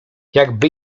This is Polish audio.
jakby